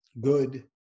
good